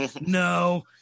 No